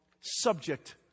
subject